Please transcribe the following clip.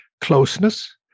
Closeness